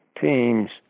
teams